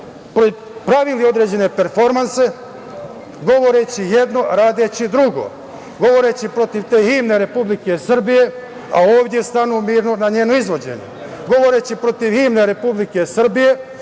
pravili određene performanse, govoreći jedno a radeći drugo, govoreći protiv te himne Republike Srbije, a ovde stanu mirno na njeno izvođenje. Govore protiv himne Republike Srbije,